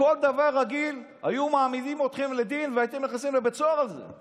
בכל דבר רגיל היו מעמידים אתכם לדין והייתם נכנסים לבית סוהר על זה.